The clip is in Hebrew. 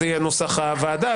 זה יהיה נוסח הוועדה,